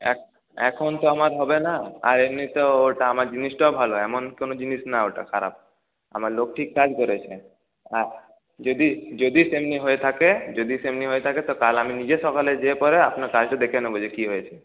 এখন তো আমার হবে না আর এমনিতেও ওইটা আমার জিনিসটাও ভালো এমন কোনো জিনিস না ওটা খারাপ আমার লোক ঠিক কাজ করেছে যদি তেমনি হয়ে থাকে যদি তেমনি হয়ে থাকে তো কাল আমি নিজে সকালে যেয়ে পরে আপনার কাজটা দেখে নেব যে কি হয়েছে